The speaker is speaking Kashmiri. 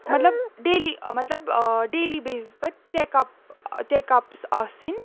مطلب ڈیلی مطلب ڈیلی بیسٕز پٮ۪ٹھ چَکپ چَکَپٕس آسٕنۍ